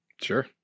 Sure